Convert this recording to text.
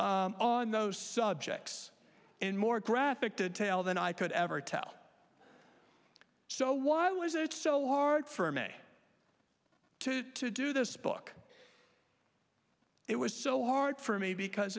on those subjects in more graphic detail than i could ever tell so why was it so hard for me to to do this book it was so hard for me because